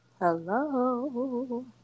Hello